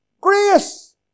Grace